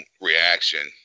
reaction